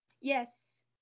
Yes